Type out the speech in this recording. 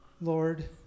Lord